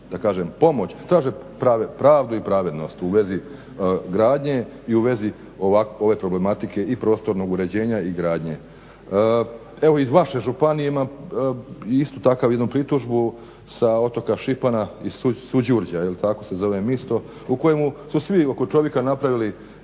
da kažem pomoć, traže pravdu i pravednost u vezi gradnje i u vezi ove problematike i prostornog uređenja i gradnje. Evo iz vaše županije ima isto tako jednu pritužbu sa otoka Šipana i Suđurđa jel tako se zove misto u kojemu su svi oko čovjeka napravili